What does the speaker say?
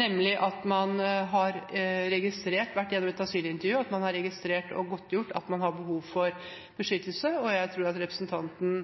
nemlig at man har vært gjennom et asylintervju, at man er registrert og har godtgjort at man har behov for beskyttelse, og jeg tror representanten